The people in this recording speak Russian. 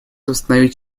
восстановить